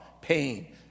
pain